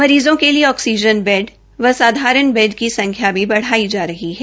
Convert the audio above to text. मरीजों के लिए ऑक्सीजन बेड व साधारण बैड की संख्या भी बढ़ाई जा रही है